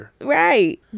right